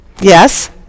Yes